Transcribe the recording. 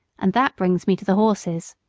and that brings me to the horses